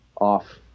off